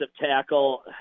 tackle